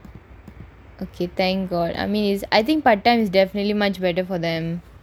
okay thank god I mean it's I think part time is definitely much better for them